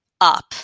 up